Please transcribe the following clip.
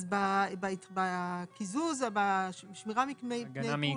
אז בקיזוז או שמירה מעיקול,